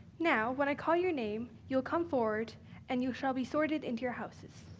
now when i call your name you'll come forward and you shall be sorted into your houses.